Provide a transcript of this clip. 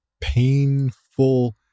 painful